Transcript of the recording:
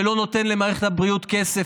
שלא נותן למערכת הבריאות כסף.